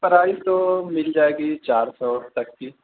price تو مل جائے گی چار سو تک کی